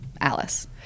Alice